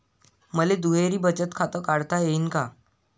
मले दुहेरी बचत खातं काढता येईन का?